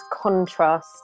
contrast